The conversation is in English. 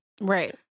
Right